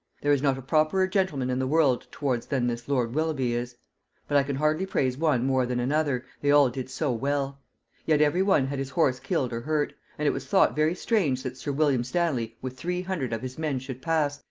there is not a properer gentleman in the world towards than this lord willoughby is but i can hardly praise one more than another, they all did so well yet every one had his horse killed or hurt. and it was thought very strange that sir william stanley with three hundred of his men should pass,